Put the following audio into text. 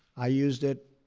i used it,